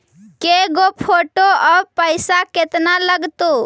के गो फोटो औ पैसा केतना लगतै?